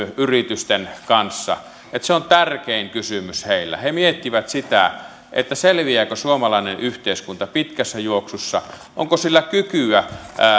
yritysten kanssa että se on tärkein kysymys heillä he miettivät sitä selviääkö suomalainen yhteiskunta pitkässä juoksussa onko sillä kykyä